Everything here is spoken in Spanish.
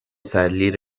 salir